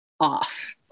off